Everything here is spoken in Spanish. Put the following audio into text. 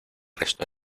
resto